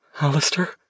Alistair